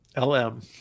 LM